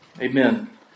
Amen